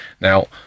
now